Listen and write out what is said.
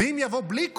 ואם יבוא בלי כובע,